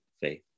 faith